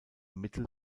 mittel